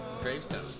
gravestone